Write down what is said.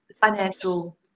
financial